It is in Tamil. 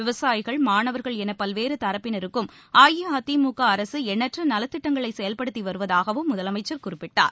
விவசாயிகள் மாணவர்கள் என பல்வேறு தரப்பினருக்கும் AIADMK அரசு எண்ணற்ற நலத்திட்டங்களை செயல்படுத்தி வருவதாகவும் முதலமைச்சர் குறிப்பிட்டார்